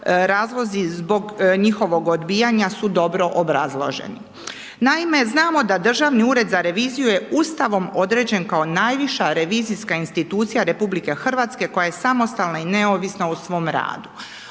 razlozi zbog njihovog odbijanja su dobro obrazloženi. Naime znamo da Državni ured za reviziju je Ustavom određen kao najviša revizijska institucija RH koja je samostalna i neovisna o svom radu.